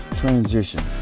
Transition